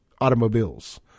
automobiles